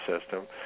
system